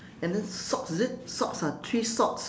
and then socks is it socks ah three socks